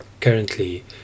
Currently